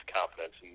confidence